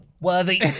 worthy